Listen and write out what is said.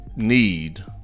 need